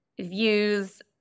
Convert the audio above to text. views